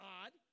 odd